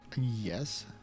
Yes